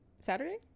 Saturday